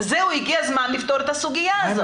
שהגיע הזמן לפתור את הסוגיה הזאת.